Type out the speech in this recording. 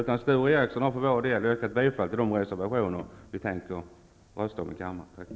Sture Ericson har för vår del yrkat bifall till de reservationer vi tänker rösta för i kammaren.